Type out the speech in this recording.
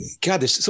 God